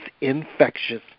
infectious